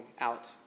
out